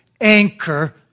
anchor